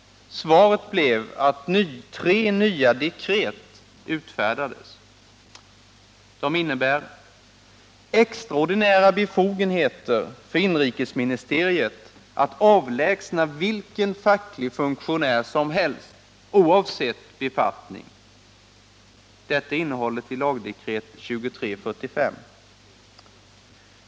Svaret blev att tre nya dekret utfärdades. De innebär extraordinära befogenheter för inrikesministeriet att avlägsna vilken facklig funktionär som helst, oavsett befattning. Detta är innehållet i lagdekret 2345.